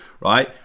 right